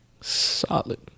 Solid